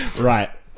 Right